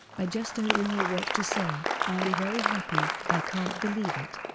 i just don't know what to say, i am very happy, i can't believe it.